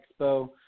Expo